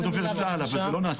אלא מה המצטרפים,